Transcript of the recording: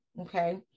Okay